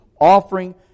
offering